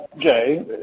Jay